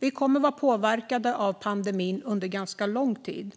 Vi kommer att vara påverkade av pandemin under ganska lång tid,